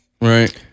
right